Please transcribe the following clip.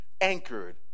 anchored